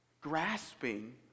Grasping